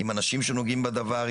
עם אנשים שנוגעים בדבר,